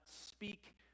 speak